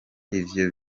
ivyo